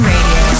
Radio